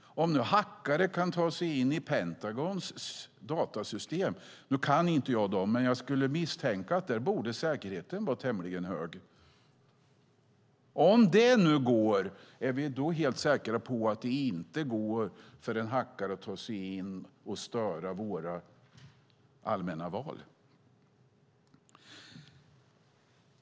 Om hackare kan ta sig in i Pentagons datasystem, som jag misstänker har hög säkerhet, hur kan vi då vara säkra på att en hackare inte kan ta sig in och störa våra allmänna val?